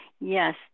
Yes